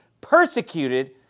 persecuted